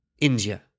India